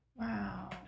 Wow